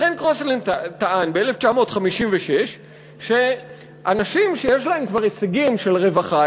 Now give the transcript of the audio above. לכן קרוסלנד טען ב-1956 שאנשים שיש להם כבר הישגים של רווחה,